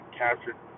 captured